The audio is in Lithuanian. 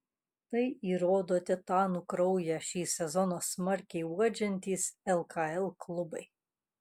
tai įrodo titanų kraują šį sezoną smarkiai uodžiantys lkl klubai